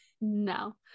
No